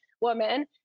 woman